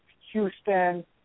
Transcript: Houston